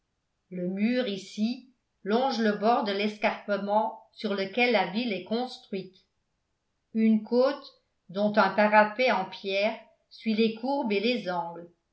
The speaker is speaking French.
le mur ici longe le bord de l'escarpement sur lequel la ville est construite une côte dont un parapet en pierre suit les courbes et les angles